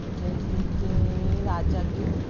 جیسے کہ راجا گِدھ